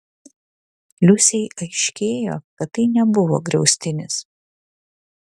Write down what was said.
liusei aiškėjo kad tai nebuvo griaustinis